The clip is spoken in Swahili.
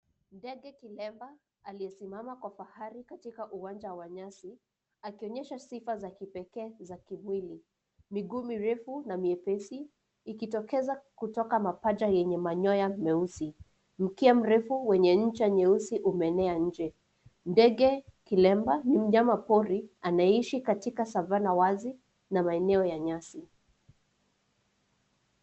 Ndege kilemba aliyesimama kwa fahari katika uwanja wa nyasi, akionyesha sifa za kipekee za kimwili. Miguu mirefu na myepesi ikitokeza kutoka mapaja yenye manyoya meusi. Mkia mrefu wenye ncha nyeusi umenea nje. Ndege kilemba ni mnyama pori anayeishi katika savana wazi na maeneo ya nyasi.